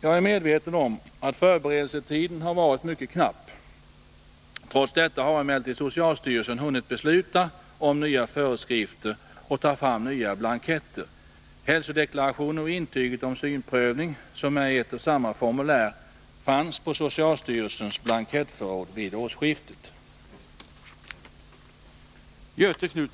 Jag är medveten om att förberedelsetiden har varit mycket knapp. Trots detta har emellertid socialstyrelsen hunnit besluta om nya föreskrifter och ta fram nya blanketter. Hälsodeklarationen och intyget om synprövning, som är ett och samma formulär, fanns på socialstyrelsens blankettförråd vid årsskiftet.